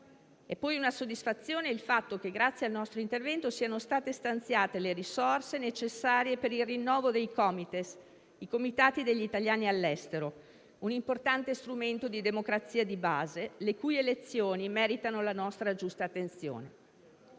È poi una soddisfazione il fatto che, grazie al nostro intervento, siano state stanziate le risorse necessarie per il rinnovo dei Comites (Comitati degli italiani all'estero), un importante strumento di democrazia di base, le cui elezioni meritano la nostra giusta attenzione.